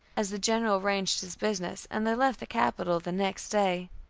as the general arranged his business, and they left the capital the next day.